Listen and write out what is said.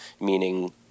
meaning